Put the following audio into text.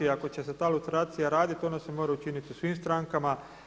Ako će se ta lustracija raditi, ona se mora učiniti u svim strankama.